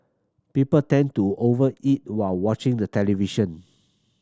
people tend to over eat while watching the television